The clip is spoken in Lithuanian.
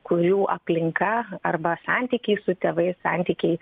kurių aplinka arba santykiai su tėvais santykiai